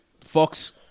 Fox